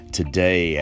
today